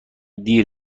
دیر